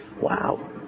wow